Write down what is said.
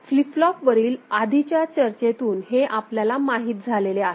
flip फ्लॉपवरील आधीच्या चर्चेतून हे आपल्या माहित झालेले आहे